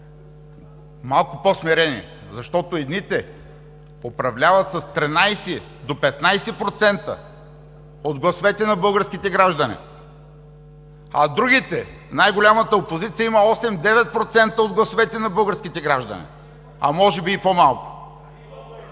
Малко по-смирени, защото едните управляват с 13 до 15% от гласовете на българските граждани, а другите – най-голямата опозиция има 8 – 9% от гласовете на българските граждани, а може би и по-малко!